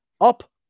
up